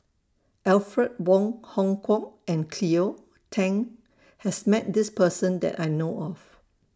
Alfred Wong Hong Kwok and Cleo Thang has Met This Person that I know of